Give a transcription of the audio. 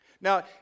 Now